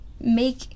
make